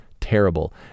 terrible